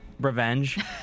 Revenge